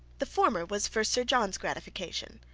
the former was for sir john's gratification,